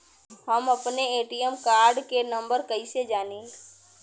हम अपने ATM card के नंबर कइसे जानी?